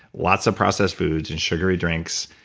lots of processed foods, and sugary drinks,